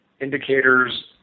indicators